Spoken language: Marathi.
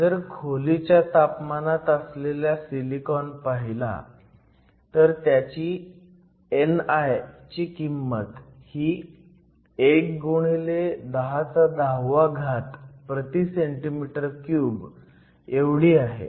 जर खोलीच्या तापमानात असलेला सिलिकॉन पहिला तर त्यासाठी ni ची किंमत ही 1 x 1010 cm 3 एवढी आहे